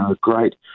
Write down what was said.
great